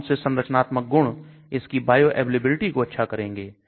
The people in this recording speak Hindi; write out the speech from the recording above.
कौन से संरचनात्मक गुण इसकी बायोअवेलेबिलिटी को अच्छा करेंगे